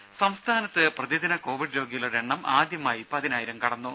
രും സംസ്ഥാനത്ത് പ്രതിദിന കോവിഡ് രോഗികളുടെ എണ്ണം ആദ്യമായി പതിനായിരം കടന്നു